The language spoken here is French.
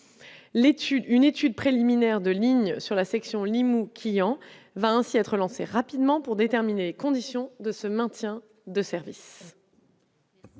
une étude préliminaire de ligne sur la section Limoux, Quillan va ainsi être lancée rapidement, pour déterminer les conditions de ce maintien de services.